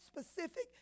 specific